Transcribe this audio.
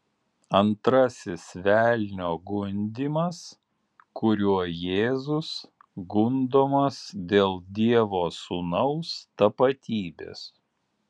antrasis velnio gundymas kuriuo jėzus gundomas dėl dievo sūnaus tapatybės